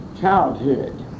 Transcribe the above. childhood